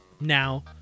now